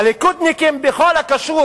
הליכודניקים, בכל הקשור